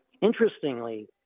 Interestingly